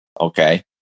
Okay